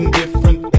different